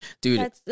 Dude